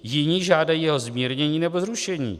Jiní žádají o zmírnění nebo zrušení.